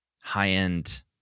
high-end